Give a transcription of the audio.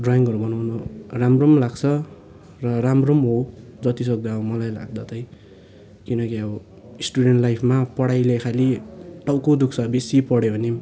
ड्रइङहरू बनाउनु राम्रो पनि लाग्छ र राम्रो पनि हो जतिसक्दो अब मलाई लाग्दा चाहिँ किनकि अब स्टुडेन्ट लाइफमा पढाइले खालि टाउको दुख्छ बेसी पढ्यो भने पनि